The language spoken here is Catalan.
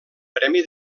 premi